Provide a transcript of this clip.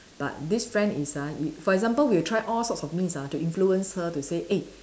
but this friend is ah you for example we'll try all sorts of means ah to influence her to say eh